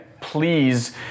please